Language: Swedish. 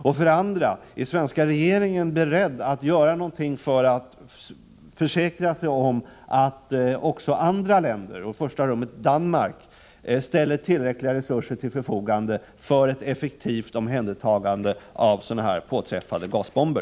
För det andra: Är den svenska regeringen beredd att göra någonting för att försäkra sig om att också andra länder, i första rummet Danmark, ställer tillräckliga resurser till förfogande för ett effektivt omhändertagande av påträffade gasbomber?